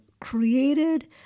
created